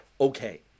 okay